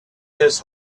his